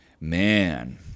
Man